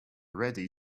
ready